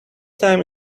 time